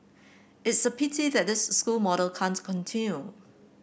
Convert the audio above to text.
it's a pity that this school model can't continue